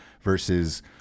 versus –